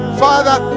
father